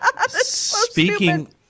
Speaking